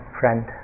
friend